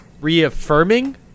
reaffirming